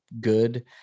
good